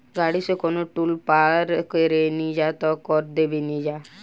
गाड़ी से कवनो टोल के पार करेनिजा त कर देबेनिजा